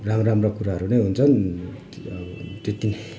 राम्रा राम्रा कुराहरू नै हुन्छन् अब त्यत्ति नै